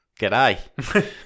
G'day